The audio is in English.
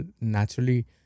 naturally